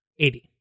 80